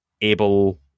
able